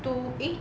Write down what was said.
two eh